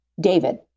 David